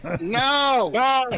No